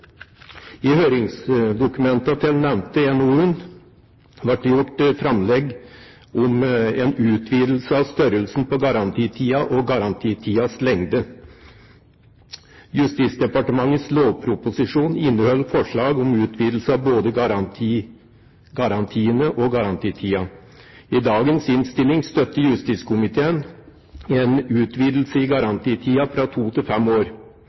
I høringsdokumentet til den nevnte NOU-en ble det gjort framlegg om en utvidelse av størrelsen på garantien og garantitidens lengde. Justisdepartementets lovproposisjon inneholder forslag om utvidelse av både garantiene og garantitiden. I dagens innstilling støtter justiskomiteen en utvidelse i garantitiden fra to til fem år.